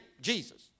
Jesus